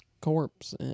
corpse